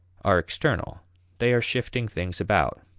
are external they are shifting things about.